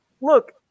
Look